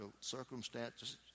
circumstances